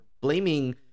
blaming